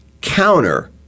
counter